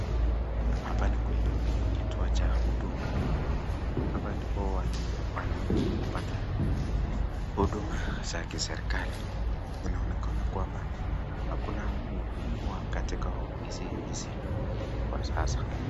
Hapa ni kwenye kituo cha huduma, hapa ndio wananchi hupata huduma za kiserikali, inaonekana kwamba hakuna mhudumiwa katika ofisi hizi kwa sasa.